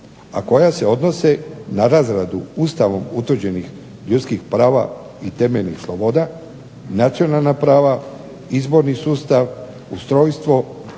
a koja se odnose na razradu Ustavom utvrđenih ljudskih prava i temeljnih sloboda, nacionalna prava, izborni sustav, ustrojstvo,